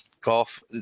golf